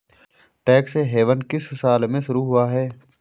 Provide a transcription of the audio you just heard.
Tax haven किस साल में शुरू हुआ है?